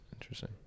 Interesting